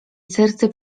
serce